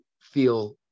feel